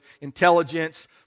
intelligence